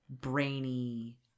brainy